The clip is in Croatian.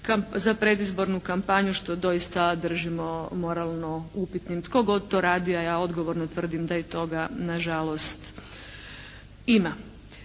za predizbornu kampanju što doista držimo moralno upitnim, tko god to radi, a ja odgovorno tvrdim da toga nažalost ima.